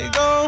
go